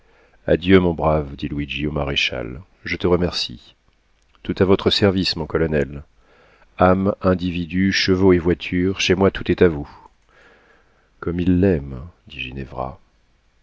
adieu mon brave dit luigi au maréchal je te remercie tout à votre service mon colonel ame individu chevaux et voitures chez moi tout est à vous comme il t'aime dit